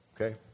Okay